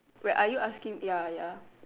wait are you asking ya ya